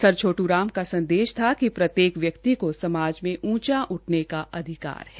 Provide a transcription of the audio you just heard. sir Chhotu Ram का संदेश था कि प्रत्येक व्यक्ति को समाज में ऊंचा उठने का अधिकार है